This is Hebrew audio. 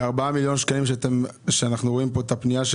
ו-4 מיליון שקלים שאנחנו רואים כאן בפנייה,